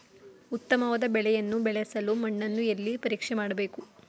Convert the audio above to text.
ಉತ್ತಮವಾದ ಬೆಳೆಯನ್ನು ಬೆಳೆಯಲು ಮಣ್ಣನ್ನು ಎಲ್ಲಿ ಪರೀಕ್ಷೆ ಮಾಡಬೇಕು?